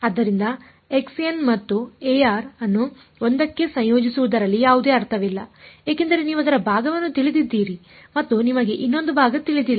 ಆದ್ದರಿಂದ ಮತ್ತು ಅನ್ನು 1 ಕ್ಕೆ ಸಂಯೋಜಿಸುವುದರಲ್ಲಿ ಯಾವುದೇ ಅರ್ಥವಿಲ್ಲ ಏಕೆಂದರೆ ನೀವು ಅದರ ಭಾಗವನ್ನು ತಿಳಿದಿದ್ದೀರಿ ಮತ್ತು ನಿಮಗೆ ಇನ್ನೊಂದು ಭಾಗ ತಿಳಿದಿಲ್ಲ